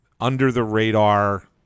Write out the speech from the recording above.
under-the-radar